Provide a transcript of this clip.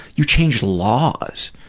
you changed laws.